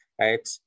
right